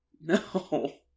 No